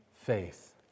faith